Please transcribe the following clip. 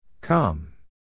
Come